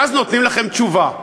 ואז נותנים לכם תשובה.